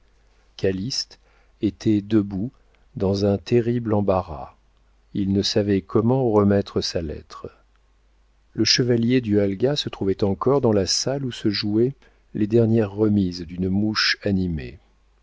vie calyste était debout dans un terrible embarras il ne savait comment remettre sa lettre le chevalier du halga se trouvait encore dans la salle où se jouaient les dernières remises d'une mouche animée